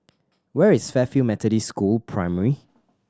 where is Fairfield Methodist School Primary